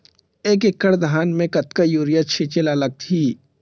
एक एकड़ धान में कतका यूरिया छिंचे ला लगही?